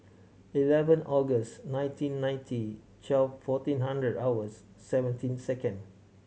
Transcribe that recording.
eleven August nineteen ninety twelve fourteen hundred hours seventeen second